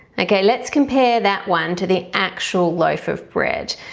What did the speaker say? okay let's compare that one to the actual loaf of bread.